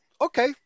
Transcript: okay